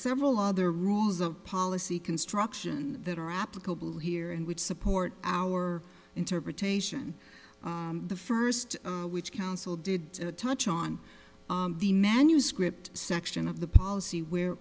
several other rules of policy construction that are applicable here and would support our interpretation the first which counsel did touch on the manuscript section of the policy where